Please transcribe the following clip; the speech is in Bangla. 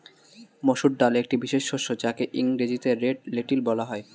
মুসুর ডাল একটি বিশেষ শস্য যাকে ইংরেজিতে রেড লেন্টিল বলা হয়